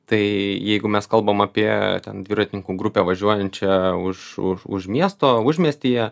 tai jeigu mes kalbam apie ten dviratininkų grupę važiuojančią už už už miesto užmiestyje